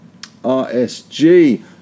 RSG